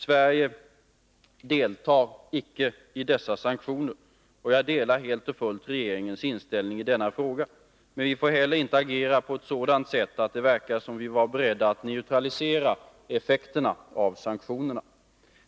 Sverige deltar icke i dessa sanktioner, och jag delar helt och fullt regeringens inställning i denna fråga, men vi får heller inte agera på ett sådant sätt att det verkar som om vi var beredda att neutralisera effekterna av sanktionerna.